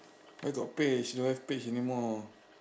where got page don't have page anymore